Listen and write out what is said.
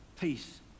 peace